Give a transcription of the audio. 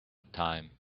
time